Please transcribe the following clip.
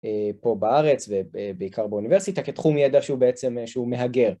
פה בארץ ובעיקר באוניברסיטה כתחום ידע שהוא בעצם שהוא מהגר.